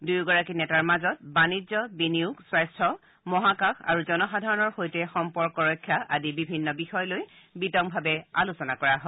দুয়োগৰাকী নেতাৰ মাজত বাণিজ্য বিনিয়োগ স্বাস্থ্য মহাকাশ আৰু জনসাধাৰণৰ সৈতে সম্পৰ্ক ৰক্ষা আদি বিভিন্ন বিষয় লৈ বিতংভাৱে আলোচনা কৰা হয়